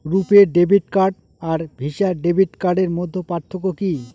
রূপে debit card আর Visa debit কার্ডের মধ্যে পার্থক্য কি?